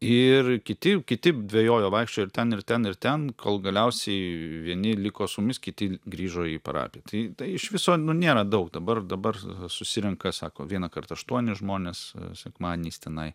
ir kiti kiti dvejojo vaikščiojo ir ten ir ten ir ten kol galiausiai vieni liko su mumis kiti grįžo į parapiją tai iš viso nu nėra daug dabar dabar susirenka sako vienąkart aštuoni žmonės sekmadieniais tenai